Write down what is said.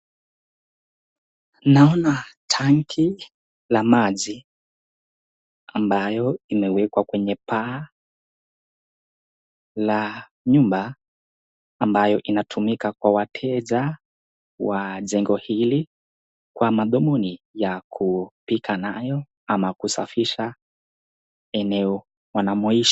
Naona tanki la maji ambayo imewekwa kwenye paa la nyumba, ambayo inatumika kwa wateja wa jengo hili kwa madhumuni ya kupika nayo ama kusafisha eneo unamo ishi.